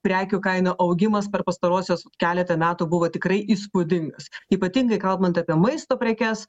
prekių kainų augimas per pastaruosius keletą metų buvo tikrai įspūdingas ypatingai kalbant apie maisto prekes